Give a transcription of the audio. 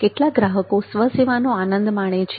કેટલાક ગ્રાહકો સ્વ સેવાનો આનંદ માણે છે